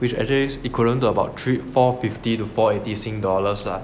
which actually is equivalent to about three four fifty to four eighty sing dollars lah